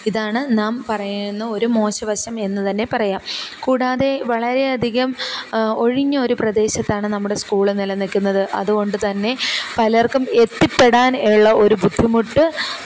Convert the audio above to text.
ഇതാണ് നാം പറയുന്ന ഒരു മോശം വശം എന്ന് തന്നെ പറയാം കൂടാതെ വളരെയധികം ഒഴിഞ്ഞ ഒരു പ്രദേശത്താണ് നമ്മുടെ സ്ക്കൂൾ നില നിൽക്കുന്നത് അതുകൊണ്ട് തന്നെ പലർക്കും എത്തിപ്പെടാൻ ഉള്ള ഒരു ബുദ്ധിമുട്ട്